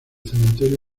cementerio